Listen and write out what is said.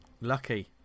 Lucky